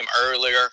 earlier